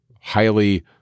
highly